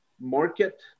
market